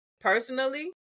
personally